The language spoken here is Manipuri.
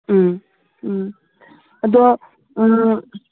ꯎꯝ ꯎꯝ ꯑꯗꯣ